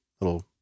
little